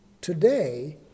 today